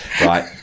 right